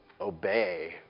obey